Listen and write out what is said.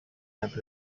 have